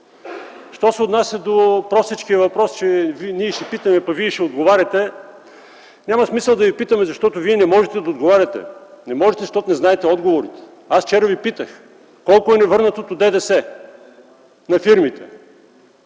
Що се отнася до простичкия въпрос, че ние ще питаме, а вие ще отговаряте, няма смисъл да ви питаме, защото вие не можете да отговаряте. Не можете, защото не знаете отговорите. Вчера Ви питах: „Колко е невърнатото ДДС на фирмите”.